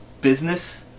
business